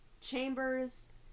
chambers